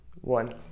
one